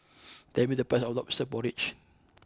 tell me the price of Lobster Porridge